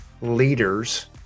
leaders